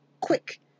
quick